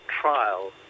trial